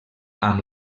amb